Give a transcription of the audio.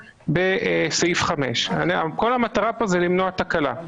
בסעיף 5. כל המטרה פה היא למנוע תקלה.